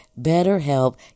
BetterHelp